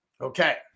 Okay